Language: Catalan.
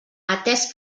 atès